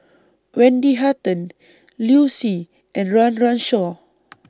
Wendy Hutton Liu Si and Run Run Shaw